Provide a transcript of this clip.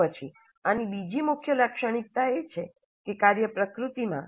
તે પછી આની બીજી મુખ્ય લાક્ષણિકતા એ છે કે કાર્ય પ્રકૃતિમાં આંતરશાખાકીય હોવું જોઈએ